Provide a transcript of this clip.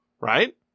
right